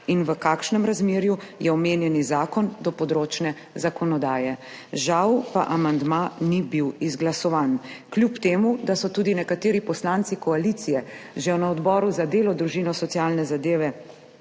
in v kakšnem razmerju je omenjeni zakon do področne zakonodaje. Žal pa amandma ni bil izglasovan, kljub temu da so tudi nekateri poslanci koalicije že na Odboru za delo, družino, socialne zadeve